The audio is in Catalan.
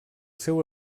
seu